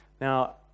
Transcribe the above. Now